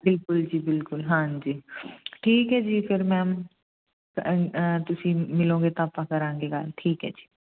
ਬਿਲਕੁਲ ਜੀ ਬਿਲਕੁਲ ਹਾਂਜੀ ਠੀਕ ਹੈ ਜੀ ਫਿਰ ਮੈਮ ਤੁਸੀਂ ਮਿਲੋਗੇ ਤਾਂ ਆਪਾਂ ਕਰਾਂਗੇ ਗੱਲ ਠੀਕ ਹੈ ਜੀ